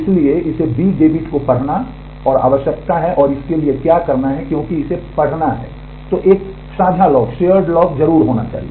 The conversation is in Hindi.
इसलिए इसे B डेबिट को पढ़ना और आवश्यकता है और इसके लिए क्या करना है क्योंकि इसे पढ़ना है एक साझा लॉक जरूर होना चाहिए